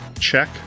check